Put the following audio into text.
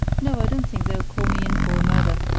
no, i don't think they'll call me in for a murder.